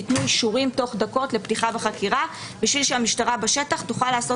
ניתנו אישורים תוך דקות לפתיחה בחקירה בשביל שהמשטרה בשטח תוכל לעשות